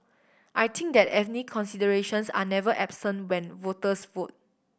I think that ethnic considerations are never absent when voters vote